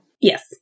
Yes